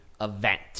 event